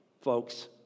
folks